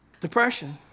depression